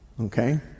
Okay